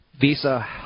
Visa